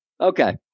Okay